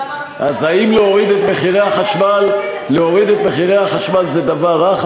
אז האם להוריד את מחירי החשמל זה דבר רע,